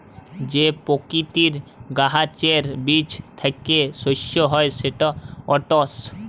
যে পকিতির গাহাচের বীজ থ্যাইকে শস্য হ্যয় সেট ওটস